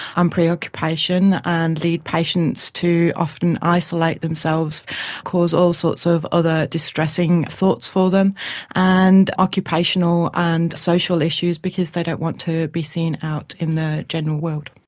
um preoccupation and lead patients to too often isolate themselves cause all sorts of other distressing thoughts for them and occupational and social issues because they don't want to be seen out in the general world.